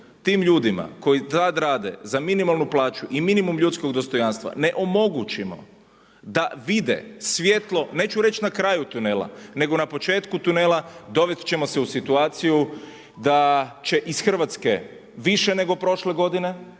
tim ljudima koji tad rade za minimalnu plaću i minimum ljudskog dostojanstva ne omogućimo da vide svjetlo, neću reći na kraju tunela nego na početku tunela dovesti ćemo se u situaciju da će iz Hrvatske više nego prošle godine